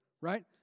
right